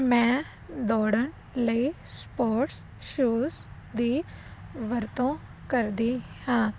ਮੈਂ ਦੌੜਣ ਲਈ ਸਪੋਰਟਸ ਸ਼ੂਜ਼ ਦੀ ਵਰਤੋਂ ਕਰਦੀ ਹਾਂ